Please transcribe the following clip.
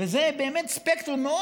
זאת אומרת שהמשרד מכיר בשירותים הללו כחלק